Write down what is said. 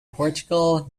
portugal